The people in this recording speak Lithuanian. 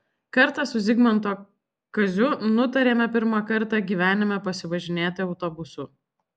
kartą su zigmanto kaziu nutarėme pirmą kartą gyvenime pasivažinėti autobusu